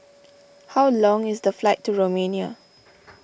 how long is the flight to Romania